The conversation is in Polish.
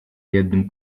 jednym